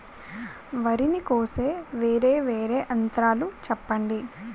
వరి ని కోసే వేరా వేరా యంత్రాలు చెప్పండి?